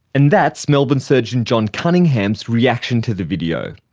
and that's melbourne surgeon john cunningham's reaction to the video.